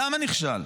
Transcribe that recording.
למה נכשל?